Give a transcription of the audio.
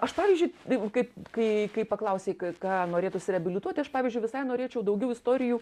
aš pavyzdžiui jeigu kaip kai kai paklausei ką norėtųsi reabilituoti aš pavyzdžiui visai norėčiau daugiau istorijų